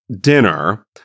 dinner